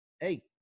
Hey